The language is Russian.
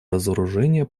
разоружения